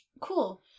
Cool